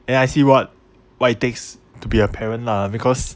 and I see what what it takes to be a parent lah because